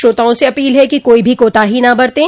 श्रोताओं से अपील है कि कोई भी कोताही न बरतें